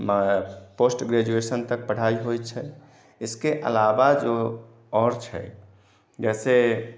post graduation तक पढ़ाई होइ छै इसके अलावा जो आओर छै जैसे